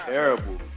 Terrible